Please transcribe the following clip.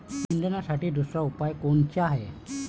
निंदनासाठी दुसरा उपाव कोनचा हाये?